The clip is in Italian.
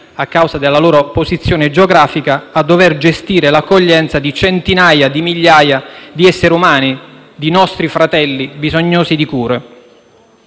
a causa della loro posizione geografica a dover gestire l'accoglienza di centinaia di migliaia di esseri umani, di nostri fratelli bisognosi di cure.